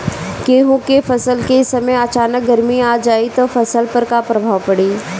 गेहुँ के फसल के समय अचानक गर्मी आ जाई त फसल पर का प्रभाव पड़ी?